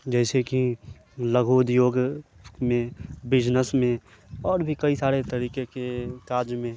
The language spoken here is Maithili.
जैसेकि लघु उद्योगमे बिजनेसमे आओर भी कई सारे तरीकेके काजमे